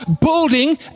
building